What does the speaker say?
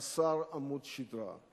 חסר עמוד שדרה.